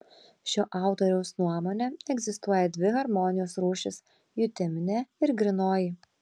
šio autoriaus nuomone egzistuoja dvi harmonijos rūšys jutiminė ir grynoji